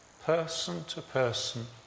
Person-to-person